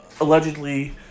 Allegedly